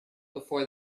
before